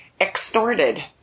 extorted